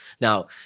Now